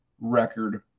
Record